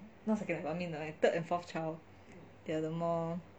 not second I mean like third and fourth child they are the more